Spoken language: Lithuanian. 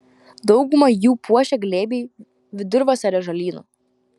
daugumą jų puošia glėbiai vidurvasario žolynų